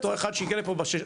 בתור אחד שהגיע לפה,